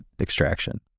extraction